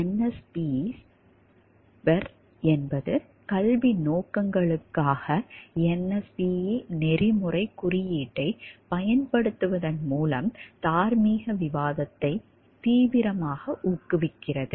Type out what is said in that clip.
NSPEs BER என்பது கல்வி நோக்கங்களுக்காக NSPE நெறிமுறைக் குறியீட்டைப் பயன்படுத்துவதன் மூலம் தார்மீக விவாதத்தை தீவிரமாக ஊக்குவிக்கிறது